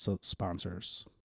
sponsors